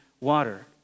water